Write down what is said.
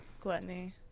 gluttony